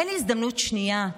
אין הזדמנות שנייה.